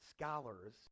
scholars